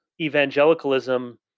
evangelicalism